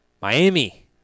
Miami